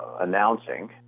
announcing